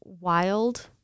wild